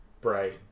bright